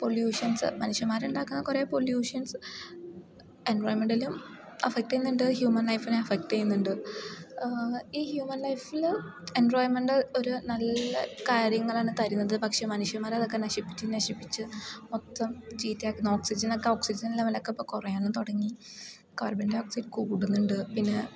pollutions മനുഷ്യന്മാർ ഉണ്ടാക്കുന്ന കുറേ പൊല്യൂഷൻസ് എൻവയോമെൻറ്റലും എഫക്ട് ചെയ്യുന്നുണ്ട് ഹ്യൂമൻ ലൈഫിനെ എഫക്ട് ചെയ്യുന്നുണ്ട് ഈ ഹ്യൂമൻ ലൈഫിൽ എൻവയോൻമെൻറ്റൽ ഒരു നല്ല കാര്യങ്ങളാണ് തരുന്നത് പക്ഷേ മനുഷ്യന്മാർ അതൊക്കെ നശിപ്പിച്ച് നശിപ്പിച്ച് മൊത്തം ചീത്തയാക്കുന്ന ഓക്സിജനൊക്കെ ഓക്സിജൻ ലെവലൊക്കെ ഇപ്പം കുറയാനും തുടങ്ങി കാർബൺഡയോക്സൈഡ് കൂടുന്നുണ്ട് പിന്നേ